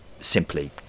simply